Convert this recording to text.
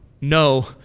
no